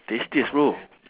tastiest bro